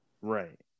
Right